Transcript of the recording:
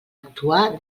actuar